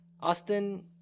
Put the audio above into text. Austin